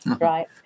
Right